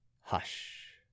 Hush